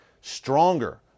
stronger